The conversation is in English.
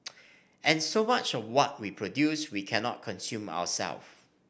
and so much of what we produce we cannot consume our self